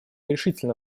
решительно